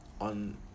on